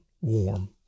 warm